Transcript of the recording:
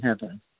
heaven